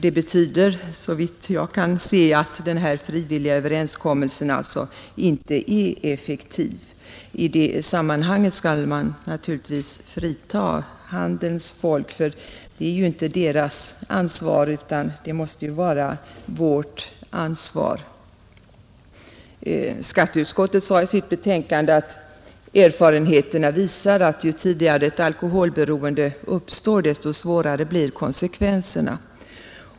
Det betyder såvitt jag kan se att den frivilliga överenskommelsen inte är effektiv. I detta sammanhang skall man naturligtvis frita handelns folk, eftersom detta inte kan vara deras ansvar utan måste vara vårt ansvar, Skatteutskottet sade i sitt betänkande att erfarenheterna visar att ju tidigare ett alkoholberoende uppstår, desto svårare blir konsekvenserna.